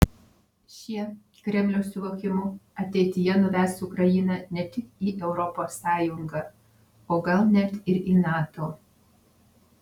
šie kremliaus suvokimu ateityje nuves ukrainą ne tik į europos sąjungą o gal net ir į nato